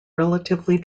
relatively